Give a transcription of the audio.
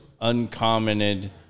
uncommented